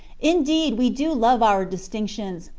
indeed, we do love our distinctions,